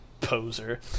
poser